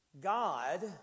God